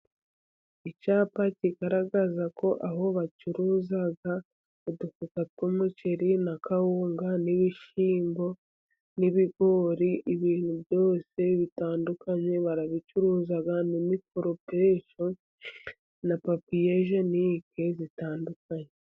Icyapa kigaragaza ko aho bacuruza, udufuka tw'umuceri na kawunga n'ibishyimbo n'ibigori, ibintu byose bitandukanye barabicuruza, ni mikoropesho na papiyejenike zitandukanye.